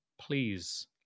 please